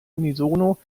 unisono